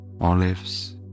olives